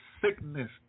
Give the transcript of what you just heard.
sickness